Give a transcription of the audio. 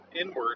inward